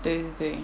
对对